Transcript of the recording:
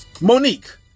Monique